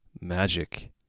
Magic